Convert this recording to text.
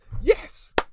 Yes